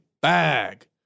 bag